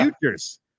futures